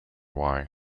why